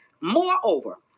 Moreover